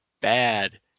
bad